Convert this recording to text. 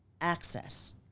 access